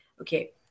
Okay